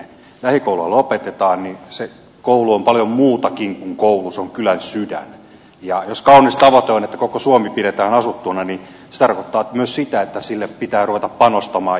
kun lähikouluja lopetetaan niin se koulu on paljon muutakin kuin koulu se on kylän sydän ja jos kaunis tavoite on että koko suomi pidetään asuttuna se tarkoittaa myös sitä että sinne pitää ruveta panostamaan